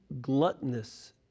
gluttonous